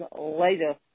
later